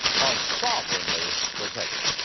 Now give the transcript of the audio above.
are sovereignly protected.